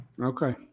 Okay